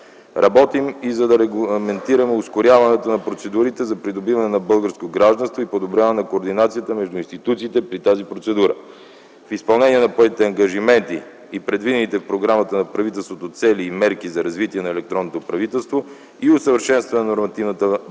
Работим и за да регламентираме ускоряването на процедурите за придобиване на българско гражданство и подобряване координацията между институциите при тази процедура. В изпълнение на поетите ангажименти и предвидените в програмата на правителството цели и мерки за развитие на електронното правителство и усъвършенстване на нормативната база